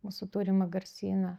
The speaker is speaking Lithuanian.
mūsų turimą garsyną